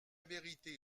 vérité